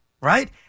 right